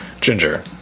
Ginger